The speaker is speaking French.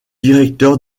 directeur